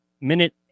minute